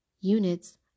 units